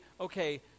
okay